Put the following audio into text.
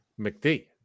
McD